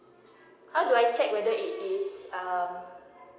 how do I check whether it is uh